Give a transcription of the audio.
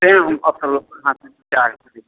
तैं हम असलमे अहाँ सऽ विचार पुछै छी